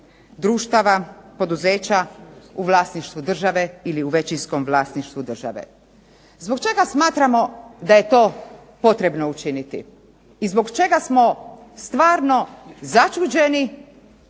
društava, poduzeća u vlasništvu države ili u većinskom vlasništvu države. Zbog čega smatramo da je to potrebno učiniti i zbog čega smo stvarno začuđeni